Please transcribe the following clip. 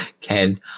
Ken